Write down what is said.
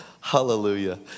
Hallelujah